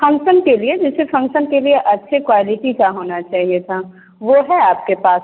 function के लिए जैसे फंक्सन के लिए अच्छे क्वालिटी का होना चाहिए था वो है आपके पास